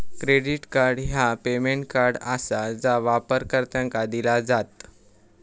credit card ह्या payment card आसा जा वापरकर्त्यांका दिला जात